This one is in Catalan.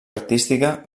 artística